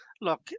look